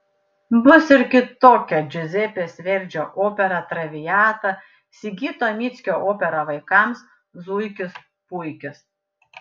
bus ir kitokia džiuzepės verdžio opera traviata sigito mickio opera vaikams zuikis puikis